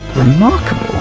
remarkable!